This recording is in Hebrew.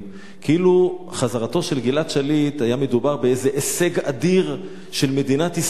כאילו בחזרתו של גלעד שליט היה מדובר באיזה הישג אדיר של מדינת ישראל,